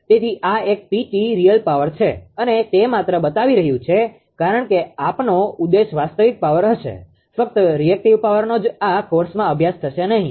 તેથી આ એક p t રીઅલ પાવર છે અને તે માત્ર બતાવી રહ્યું છે કારણ કે આપનો ઉદ્દેશ વાસ્તવિક પાવર હશે ફક્ત રીએક્ટીવ પાવરનો જ આ કોર્સમાં અભ્યાસ થશે નહીં